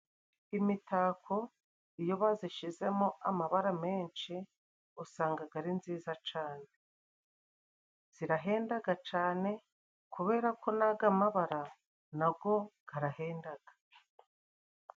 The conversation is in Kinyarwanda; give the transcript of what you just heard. Imitako iyo bazishizemo amabara menshi usangaga ari nziza cane, zirahendaga cane kubera ko n'aga mabara na go garahendaga.